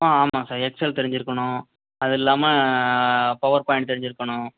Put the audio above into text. ஆ ஆமாம் sir Excel தெரிந்திருக்கணும் அதுவும் இல்லாமல் பவர் பாயிண்ட் தெரிந்திருக்கணும்